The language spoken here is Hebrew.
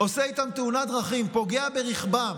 עושה איתם תאונת דרכים, פוגע ברכבם,